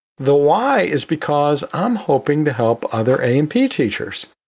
the why is because i'm hoping to help other a and p teachers.